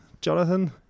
jonathan